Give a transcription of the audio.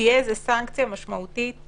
תהיה סנקציה משמעותית